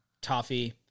toffee